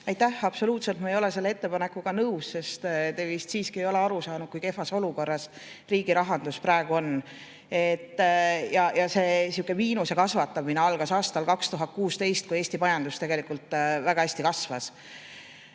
Aitäh! Ma ei ole selle ettepanekuga absoluutselt nõus. Te vist siiski ei ole aru saanud, kui kehvas olukorras riigi rahandus praegu on. Miinuse kasvatamine algas aastal 2016, kui Eesti majandus tegelikult väga hästi kasvas.